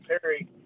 perry